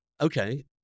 Okay